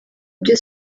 ibyo